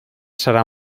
serà